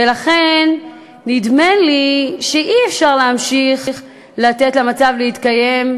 ולכן נדמה לי שאי-אפשר להמשיך לתת למצב להתקיים,